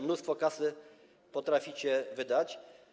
Mnóstwo kasy potraficie wydać.